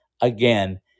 again